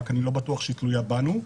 רק אני לא בטוח שהיא תלויה בנו.